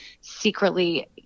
secretly